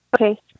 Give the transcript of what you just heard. okay